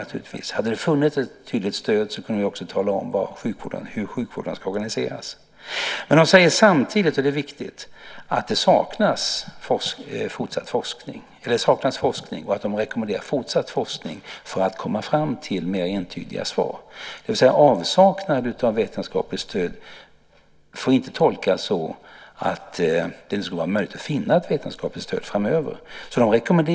Om det hade funnits ett tydligt stöd hade vi kunnat säga hur sjukvården ska organiseras. Samtidigt sägs i rapporterna, vilket är viktigt, att det saknas forskning, och därför rekommenderar de fortsatt forskning för att komma fram till mer entydiga svar. Avsaknaden av vetenskapligt stöd får alltså inte tolkas så att det inte framöver skulle vara möjligt att finna ett vetenskapligt stöd.